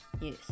Yes